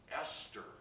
Esther